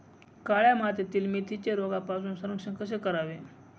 काळ्या मातीतील मेथीचे रोगापासून संरक्षण कसे करावे?